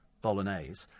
bolognese